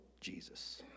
Jesus